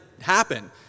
happen